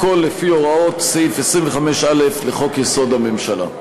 הכול לפי הוראות סעיף 25(א) לחוק-יסוד: הממשלה.